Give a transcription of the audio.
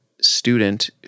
student